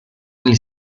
negli